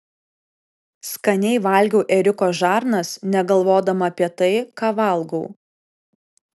skaniai valgiau ėriuko žarnas negalvodama apie tai ką valgau